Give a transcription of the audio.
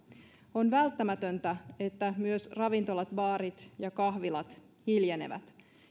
on välttämätöntä että myös ravintolat baarit ja kahvilat hiljenevät